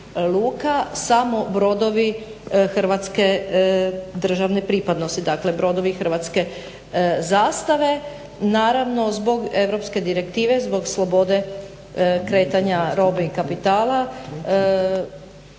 samo brodovi hrvatske državne pripadnosti, dakle brodovi hrvatske zastave. Naravno zbog europske direktive, zbog slobode kretanja robe i kapitala